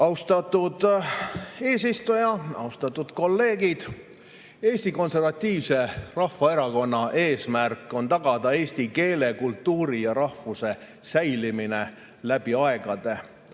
Austatud eesistuja! Austatud kolleegid! Eesti Konservatiivse Rahvaerakonna eesmärk on tagada eesti keele, kultuuri ja rahvuse säilimine läbi aegade.